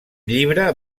llibre